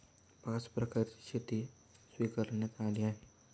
पाच प्रकारची शेती स्वीकारण्यात आली आहे